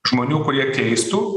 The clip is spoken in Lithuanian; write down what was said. žmonių kurie keistų